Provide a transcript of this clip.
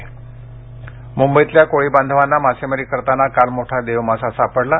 देवमासा मुंबईतल्या कोळी बांधवांना मासे मारी करताना काल मोठा देवमासा सापडला आहे